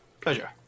pleasure